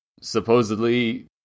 supposedly